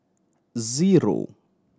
zero